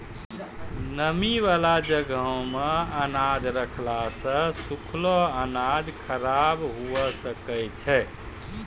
नमी बाला जगहो मे अनाज रखला से सुखलो अनाज खराब हुए सकै छै